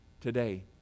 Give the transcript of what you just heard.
today